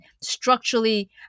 structurally